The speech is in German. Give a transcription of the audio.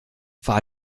war